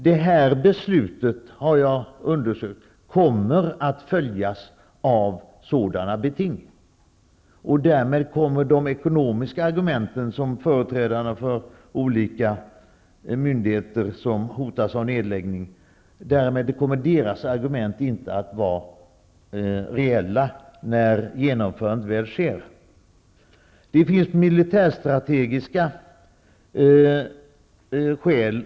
Det här beslutet kommer att följas av sådana beting, det har jag fått bekräftat. Därmed kommer de ekonomiska argument som förs fram av företrädare för olika myndigheter som hotas av nedläggning inte att vara reella när genomförandet väl sker. Det finns också militärstrategiska motiv.